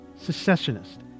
secessionist